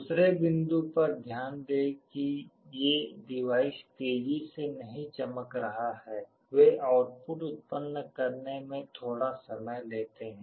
दूसरे बिंदु पर ध्यान दें कि ये डिवाइस तेजी से नहीं चमक रहे हैं वे आउटपुट उत्पन्न करने में थोड़ा समय लेते हैं